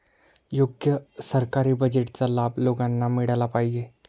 योग्य सरकारी बजेटचा लाभ लोकांना मिळाला पाहिजे